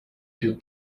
più